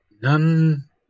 None